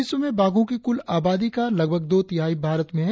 विश्व में बाघों की कुल आबादी का लगभग दो तिहाई भारत में है